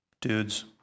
dudes